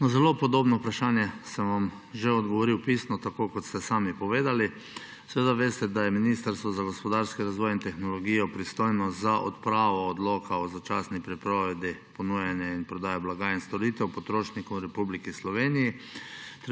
zelo podobno vprašanje sem vam že odgovoril pisno, tako kot ste sami povedali. Seveda veste, da je Ministrstvo za gospodarski razvoj in tehnologijo pristojno za odpravo odloka o začasni prepovedi ponujanja in prodaje blaga in storitev potrošnikom v Republiki Sloveniji.